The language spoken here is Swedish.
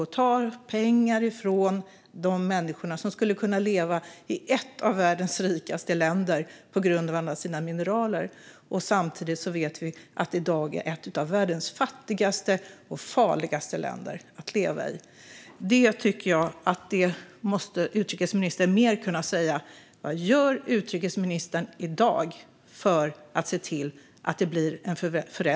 Man tar pengar från de människor som skulle kunna leva i ett av världens rikaste länder på grund av alla landets mineraler. Samtidigt vet vi att det i dag är ett av världens fattigaste och farligaste länder att leva i. Jag tycker att utrikesministern måste kunna säga mer om vad hon gör i dag för att se till att det blir en konkret förändring.